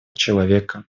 человека